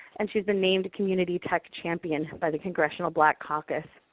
and she has been named community tech champion by the congressional black caucus,